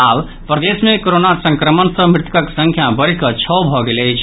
आब प्रदेश मे कोरोना संक्रमण सँ मृतकक संख्या बढ़ि कऽ छओ भऽ गेल अछि